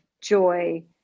joy